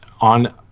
on